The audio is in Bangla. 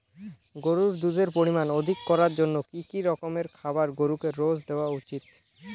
গরুর দুধের পরিমান অধিক করার জন্য কি কি রকমের খাবার গরুকে রোজ দেওয়া উচিৎ?